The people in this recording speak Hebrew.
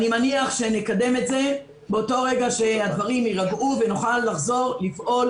אני מניח שנקדם את זה ברגע שהדברים יירגעו ונוכל לחזור לפעול